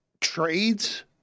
trades